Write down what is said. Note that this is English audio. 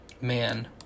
Man